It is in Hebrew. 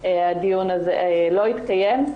הדיון הזה לא התקיים.